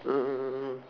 um